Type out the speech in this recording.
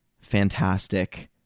fantastic